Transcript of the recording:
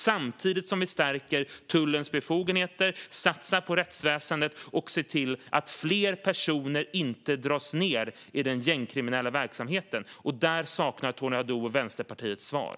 Samtidigt ska vi stärka tullens befogenheter, satsa på rättsväsendet och se till att fler personer inte dras ned i den gängkriminella verksamheten. Där saknar Tony Haddou och Vänsterpartiet svar.